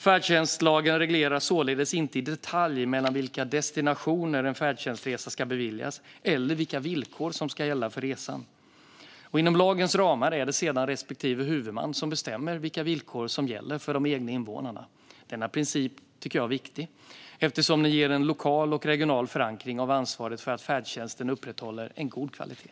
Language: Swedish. Färdtjänstlagen reglerar således inte i detalj mellan vilka destinationer en färdtjänstresa ska beviljas eller vilka villkor som ska gälla för resan. Inom lagens ramar är det sedan respektive huvudman som bestämmer vilka villkor som gäller för de egna invånarna. Denna princip tycker jag är viktig, eftersom den ger en lokal och regional förankring av ansvaret för att färdtjänsten upprätthåller en god kvalitet.